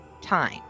time